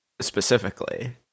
specifically